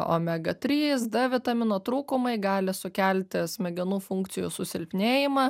omega trys d vitamino trūkumai gali sukelti smegenų funkcijų susilpnėjimą